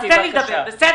אז תן לי לדבר, בסדר.